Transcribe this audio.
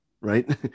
right